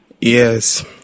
Yes